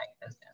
business